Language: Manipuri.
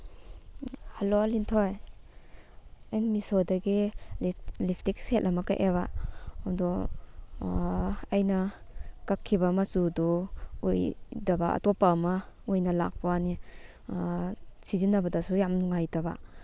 ꯍꯜꯂꯣ ꯂꯤꯟꯊꯣꯏ ꯑꯩꯅ ꯃꯤꯁꯣꯗꯒꯤ ꯂꯤꯞꯁꯇꯤꯛ ꯁꯦꯠ ꯑꯃ ꯀꯛꯑꯦꯕ ꯑꯗꯣ ꯑꯩꯅ ꯀꯛꯈꯤꯕ ꯃꯆꯨꯗꯨ ꯑꯣꯏꯗꯕ ꯑꯇꯣꯞꯄ ꯑꯃ ꯑꯣꯏꯅ ꯂꯥꯛꯄꯋꯥꯅꯤ ꯁꯤꯖꯤꯟꯅꯕꯗꯁꯨ ꯌꯥꯝ ꯅꯨꯡꯉꯥꯏꯇꯕ